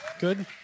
Good